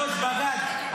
לא אמרתי את השורש בג"ד,